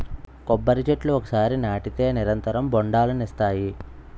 కొబ్బరి చెట్లు ఒకసారి నాటితే నిరంతరం బొండాలనిస్తాయి